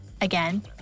Again